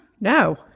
No